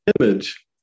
image